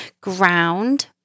ground